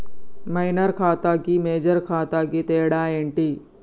Minor ఖాతా కి major ఖాతా కి తేడా ఏంటి?